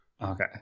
Okay